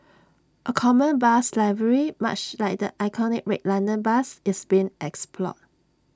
A common bus livery much like the iconic red London bus is being explored